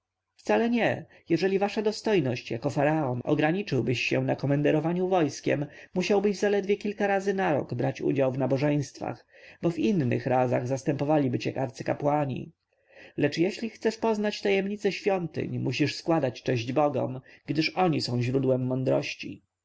wcale nie jeżeli wasza dostojność jako faraon ograniczyłbyś się na komenderowaniu wojskiem musiałbyś zaledwie kilka razy na rok brać udział w nabożeństwach bo w innych razach zastępowaliby cię arcykapłani lecz jeżeli chcesz poznać tajemnice świątyń musisz składać cześć bogom gdyż oni są źródłem mądrości